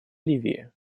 ливии